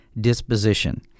disposition